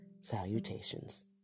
Salutations